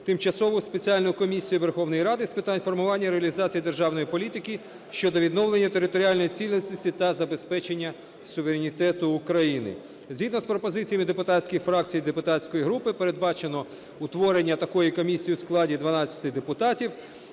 Тимчасову спеціальну комісію Верховної Ради з питань формування і реалізації державної політики щодо відновлення територіальної цілісності та забезпечення суверенітету України. Згідно з пропозиціями депутатських фракцій і депутатських груп передбачено утворення такої комісії в складі 12 депутатів,